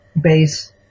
base